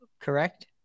correct